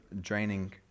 draining